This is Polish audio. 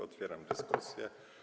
Otwieram dyskusję.